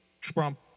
Trump